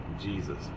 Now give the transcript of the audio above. Jesus